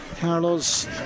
Carlos